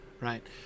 Right